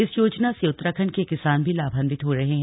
इस योजना से उत्तराखंड के किसान भी लाभावित हो रहे हैं